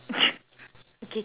okay can